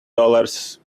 dollars